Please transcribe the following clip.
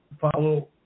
follow